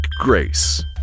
Grace